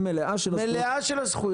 מלאה של הזכויות.